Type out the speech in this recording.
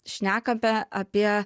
šnekame apie